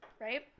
Right